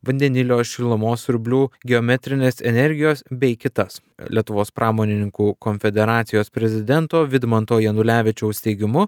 vandenilio šilumos siurblių geometrinės energijos bei kitas lietuvos pramonininkų konfederacijos prezidento vidmanto janulevičiaus teigimu